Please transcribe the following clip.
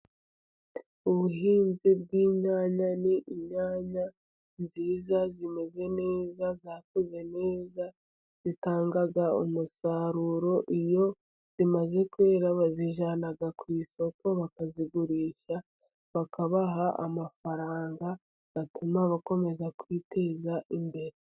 Ubuhinzi bw'inyanya. Ni inyanya nziza zimeze neza , zakuze neza ,zitanga umusaruro. Iyo zimaze kwera bazijyana ku isoko bakazigurisha, bakabaha amafaranga atuma bakomeza kwiteza imbere.